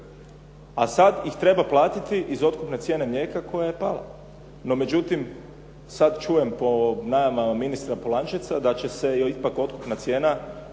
a sad ih treba platiti iz otkupne cijene mlijeka koja je pala. No međutim, sad čujem po najavama ministra Polančeca da će se ipak otkupna cijena